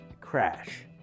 crash